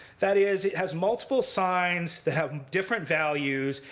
that is, it has multiple signs that have different values.